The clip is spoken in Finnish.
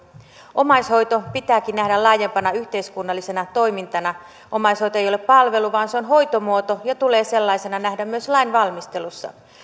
omaishoito pitääkin nähdä laajempana yhteiskunnallisena toimintana omaishoito ei ole palvelu vaan se on hoitomuoto ja tulee sellaisena nähdä myös lainvalmistelussa